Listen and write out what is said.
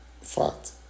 fact